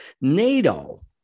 NATO